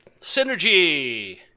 Synergy